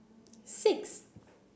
six